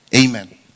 Amen